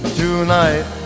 tonight